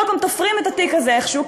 כל פעם תופרים את התיק הזה איכשהו.